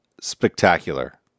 spectacular